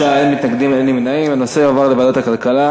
הנושא לוועדת הכלכלה